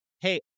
hey